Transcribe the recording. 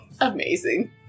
Amazing